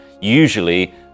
Usually